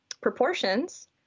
proportions